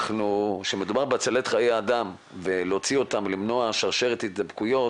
כשמדובר בהצלת חיי אדם ולהוציא אותם למנוע שרשרת הידבקויות,